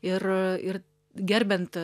ir ir gerbiant